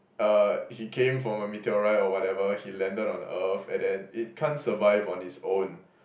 uh he came from a meteorite or whatever he landed on Earth and then it can't survive on his own